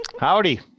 Howdy